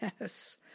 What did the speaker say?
Yes